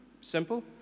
Simple